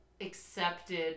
accepted